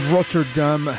Rotterdam